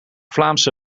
vlaamse